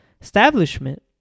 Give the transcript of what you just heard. establishment